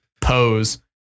Pose